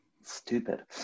stupid